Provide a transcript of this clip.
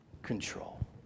control